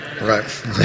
right